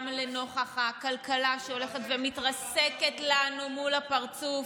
גם לנוכח הכלכלה, שהולכת ומתרסקת לנו מול הפרצוף,